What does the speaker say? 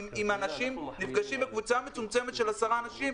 אם אנשים נפגשים בקבוצה מצומצמת של עשרה אנשים,